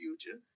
future